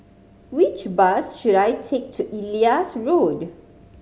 which bus should I take to Elias Road